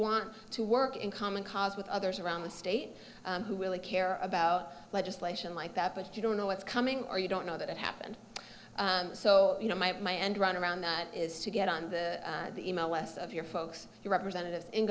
want to work in common cause with others around the state who really care about legislation like that but you don't know what's coming or you don't know that it happened so you know my my end run around that is to get on the e mail west of your folks your representatives in